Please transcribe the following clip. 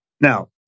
Now